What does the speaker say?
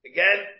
Again